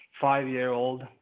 five-year-old